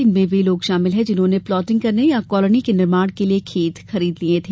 इनमें वे लोग शामिल हैं जिन्होंने प्लाटिंग करने या कॉलोनी के निर्माण के लिये खेत खरीद लिये हैं